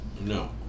No